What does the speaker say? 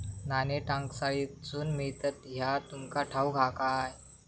नाणी टांकसाळीतसून मिळतत ह्या तुमका ठाऊक हा काय